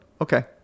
Okay